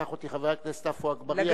לקח אותי חבר הכנסת עפו אגבאריה,